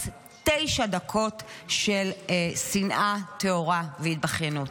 תשע דקות של שנאה טהורה והתבכיינות.